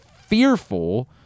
fearful